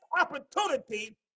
opportunity